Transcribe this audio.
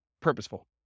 purposeful